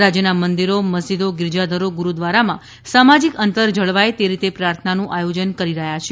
રાજ્યના મંદિરો મસ્જીદો ગીરજાઘરો ગુરૂદ્વારામાં સામાજીક અંતર જળવાય તે રીતે પ્રાર્થનાનું આયોજન કરી રહ્યા છે